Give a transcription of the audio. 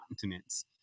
continents